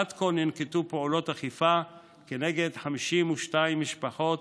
עד כה ננקטו פעולות אכיפה כנגד 52 משפחות